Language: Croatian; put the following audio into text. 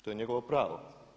To je njegovo pravo.